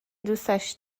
دوستش